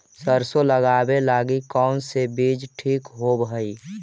सरसों लगावे लगी कौन से बीज ठीक होव हई?